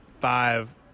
five